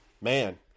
man